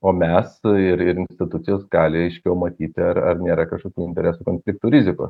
o mes ir ir institucijos gali aiškiau matyti ar nėra kažkokių interesų konfliktų rizikų